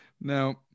Now